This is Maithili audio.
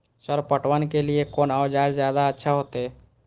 सर पटवन के लीऐ कोन औजार ज्यादा अच्छा होते?